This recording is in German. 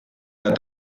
der